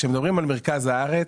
כשמדברים על מרכז הארץ,